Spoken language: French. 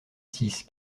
six